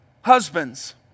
Husbands